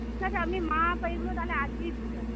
ঠিক আছে আপনি মাপ এইগুলো তাহলে আজকেই দিয়ে যাবেন